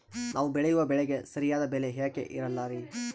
ನಾವು ಬೆಳೆಯುವ ಬೆಳೆಗೆ ಸರಿಯಾದ ಬೆಲೆ ಯಾಕೆ ಇರಲ್ಲಾರಿ?